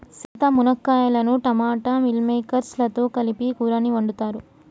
సీత మునక్కాయలను టమోటా మిల్ మిల్లిమేకేర్స్ లతో కలిపి కూరని వండుతారు